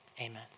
amen